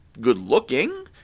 good-looking